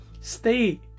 stay